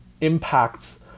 impacts